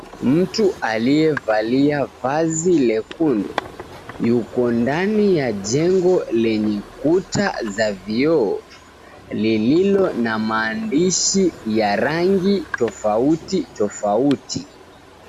Mtu aliyevalia vazi lekundu, yuko ndani ya jengo lenye kuta za vioo lililo na maandishi ya rangi tofauti tofauti.